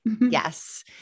Yes